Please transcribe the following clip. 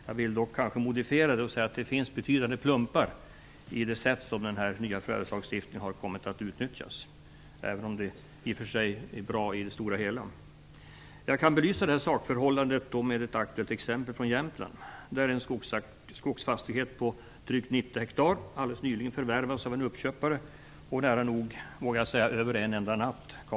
Jag vill dock kanske modifiera den och säga att det finns betydande plumpar i det sätt som den nya förvärvslagstiftningen har kommit att utnyttjas, även om den i och för sig är bra i det stora hela. Jag kan belysa det sakförhållandet med ett aktuellt exempel från Jämtland. Där förvärvades alldeles nyligen en skogsfastighet på drygt 90 hektar av en uppköpare. Den kalavverkades nära nog över en enda natt.